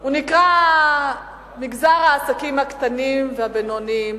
הוא נקרא "מגזר העסקים הקטנים והבינוניים",